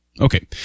Okay